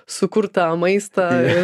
sukurtą maistą